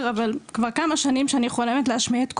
שנים שאני חולמת להשמיע את קולי,